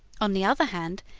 on the other hand,